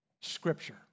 Scripture